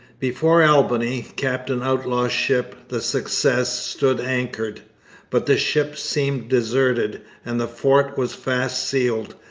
before albany, captain outlaw's ship, the success, stood anchored but the ship seemed deserted, and the fort was fast sealed,